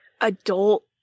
adult